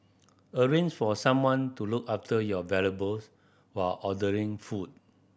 arrange for someone to look after your valuables while ordering food